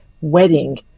wedding